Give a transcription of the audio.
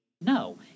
no